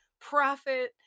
profit